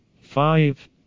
five